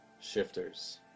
shifters